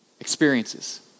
experiences